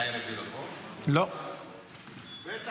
יש גם